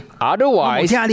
otherwise